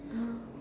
ya